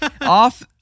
off